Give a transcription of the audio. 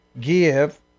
Give